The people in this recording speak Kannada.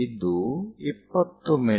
ಇದು 20 ಮಿ